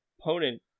opponent